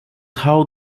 how